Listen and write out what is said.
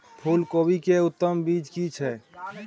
फूलकोबी के उत्तम बीज की छै?